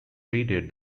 raided